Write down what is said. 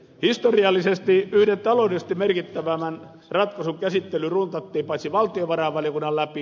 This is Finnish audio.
historiallisesti yhden taloudellisesti merkittävimmän ratkaisun käsittely runtattiin valtiovarainvaliokunnan läpi